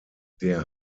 der